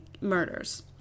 murders